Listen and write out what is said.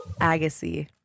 Agassi